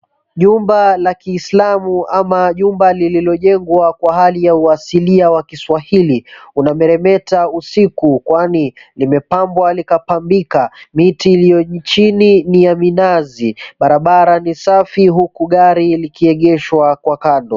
Jumba la kislamu ama jumba liliyojengwa kwa hali ya uhasilia wa kiswahili unameremeta usiku kwani limepambwa likapambika, miti iliyo nchini ni ya minazi, barabara ni safi huku gari likiegeshwa kwa Kando.